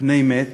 פני מת